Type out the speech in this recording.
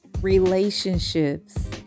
relationships